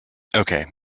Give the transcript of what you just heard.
okay